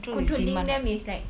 controlling them is like